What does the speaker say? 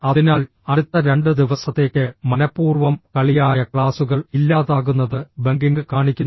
അതിനാൽ അടുത്ത രണ്ട് ദിവസത്തേക്ക് മനപ്പൂർവ്വം കളിയായ ക്ലാസുകൾ ഇല്ലാതാകുന്നത് ബങ്കിംഗ് കാണിക്കുന്നു